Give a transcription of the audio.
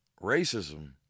Racism